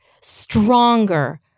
stronger